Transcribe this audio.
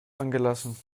angelassen